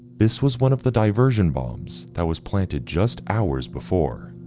this was one of the diversion bombs that was planted just hours before.